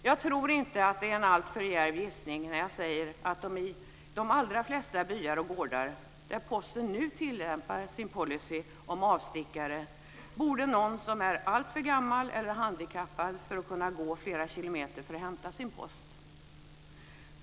Jag tror inte att det är en alltför djärv gissning när jag säger att i de allra flesta byar och gårdar där Posten nu tillämpar sin policy om avstickare bor det någon som är alltför gammal eller handikappad för att kunna gå flera kilometer för att hämta sin post.